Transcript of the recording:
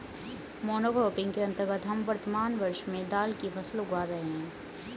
monocropping के अंतर्गत हम वर्तमान वर्ष में दाल की फसल उगा रहे हैं